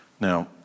now